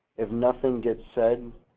if nothing gets said,